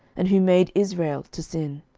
and who made israel to sin.